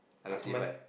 I got C five